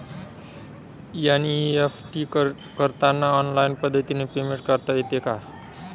NEFT करताना online पद्धतीने payment करता येते का?